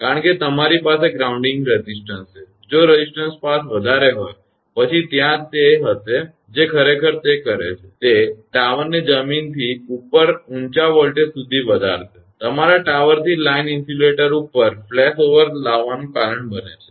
કારણ કે તમારી પાસે ગ્રાઉન્ડિંગ રેઝિસ્ટનસ છે જો રેઝિસ્ટનસ પાથ વધારે હોય પછી ત્યાં તે હશે જે ખરેખર તે કરે છે તે ટાવરને જમીનથી ઉપર ખૂબ ઊંચા વોલ્ટેજ સુધી વધારશે તમારા ટાવરથી લાઇન ઇન્સ્યુલેટર ઉપર ફ્લેશ ઓવર લાવવાનું કારણ બને છે